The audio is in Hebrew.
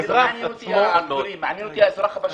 מעניין אותי האזרח הפשוט.